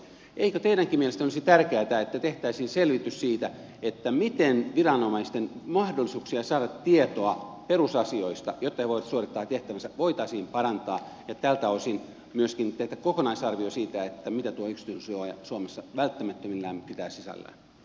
eikö teidänkin mielestänne olisi tärkeätä että tehtäisiin selvitys siitä miten viranomaisten mahdollisuuksia saada tietoa perusasioista jotta he voivat suorittaa tehtävänsä voitaisiin parantaa ja tältä osin myöskin tehtäisiin kokonaisarvio siitä mitä tuo yksityisyydensuoja suomessa välttämättömimmillään pitää sisällään